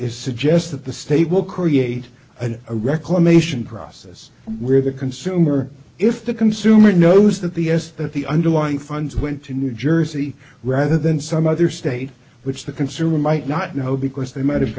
is suggest that the state will create an a reclamation process where the consumer if the consumer knows that the s that the underlying funds went to new jersey rather than some other state which the consumer might not know because they might have